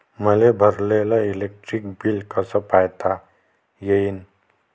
मले भरलेल electric bill कस पायता येईन?